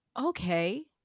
okay